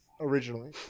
originally